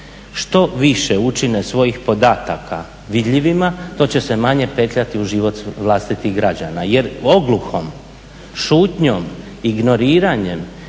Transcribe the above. što više učine svojih podataka vidljivima, to će se manje petljati u život vlastitih građana jer ogluhom, šutnjom, ignoriranjem